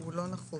הוא לא נחוץ.